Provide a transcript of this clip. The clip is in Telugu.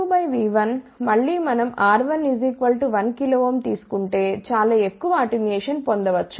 మళ్లీ మనం R1 1 kΩ తీసుకుంటే చాలా ఎక్కువ అటెన్యుయేషన్ పొందవచ్చు